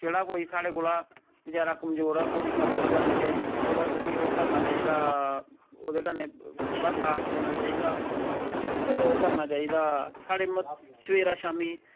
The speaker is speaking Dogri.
जेह्ड़ा कोई स्हाड़े कोला बचैरा कमजोर ऐ ओह्दी मदद करनी चाहिदा ओह्दा उसी ओह् करना चाहिदा ओह्दे कन्ने ओह्दा साथ देना चाहिदा ते फिर ओह् करना चाहिदा स्हाड़े मत सबेरे शामी